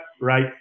right